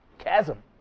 chasm